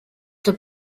the